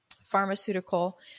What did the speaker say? pharmaceutical